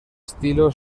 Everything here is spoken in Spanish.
estilo